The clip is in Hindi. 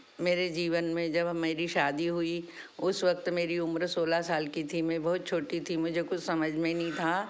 मेरे जीवन में जब मेरी शादी हुई उस वक्त मेरी उम्र सोलह साल की थी मैं बहुत छोटी थी मुझे कुछ समझ में नहीं था